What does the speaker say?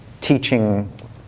teaching